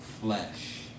flesh